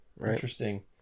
Interesting